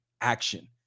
Action